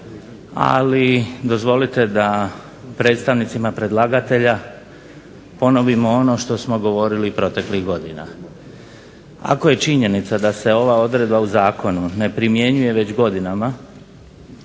ali dozvolite da predstavnicima predlagatelja ponovimo ono što smo govorili i proteklih godina. Ako je činjenica da se ova odredba u zakonu ne primjenjuje već godinama,